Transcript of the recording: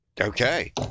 Okay